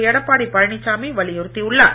எடப்பாடி பழனிச்சாமி வலியுறுத்தியுள்ளார்